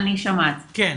שלום.